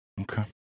Okay